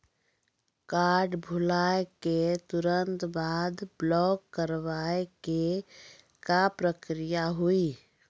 Card भुलाए के तुरंत बाद ब्लॉक करवाए के का प्रक्रिया हुई?